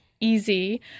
easy